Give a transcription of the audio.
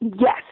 Yes